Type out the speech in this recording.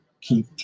keep